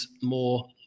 more